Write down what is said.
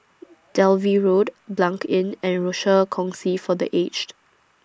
Dalvey Road Blanc Inn and Rochor Kongsi For The Aged